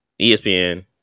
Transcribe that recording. espn